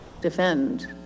defend